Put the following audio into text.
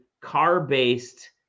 car-based